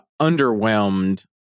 Underwhelmed